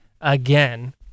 Again